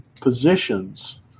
positions